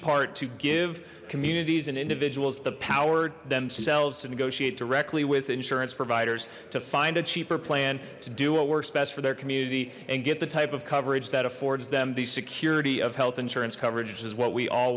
part to give communities and individuals the power themselves to negotiate directly with insurance providers to find a cheaper plan to do what works best for their community and get the type of coverage that affords them the security of health insurance coverage which is what we all